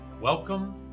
Welcome